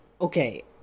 Okay